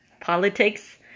politics